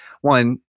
one –